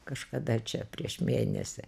kažkada čia prieš mėnesį